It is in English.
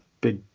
big